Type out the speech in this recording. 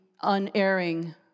unerring